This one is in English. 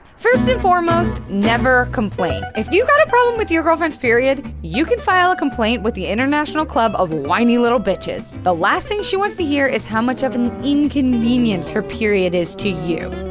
first and foremost, never complain. if you've got a problem with your girlfriend's period, you can file a complaint with the international club of whiney little bitches, but last thing she wants to hear is how much of an inconvenience her period is to you.